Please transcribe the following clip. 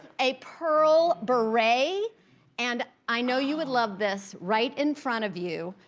a pearl beret. and i know you would love this right in front of you,